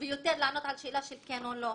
של כן או לא,